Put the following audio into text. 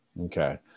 Okay